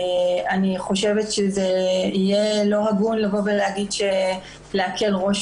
אני חושבת שזה יהיה לא הגון להקל ראש